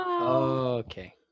Okay